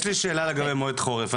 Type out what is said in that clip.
יש לי שאלה לגבי מועד חורף.